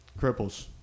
Cripples